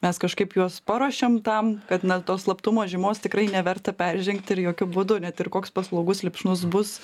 mes kažkaip juos paruošiam tam kad na tos slaptumo žymos tikrai neverta peržengt ir jokiu būdu net ir koks paslaugus lipšnus bus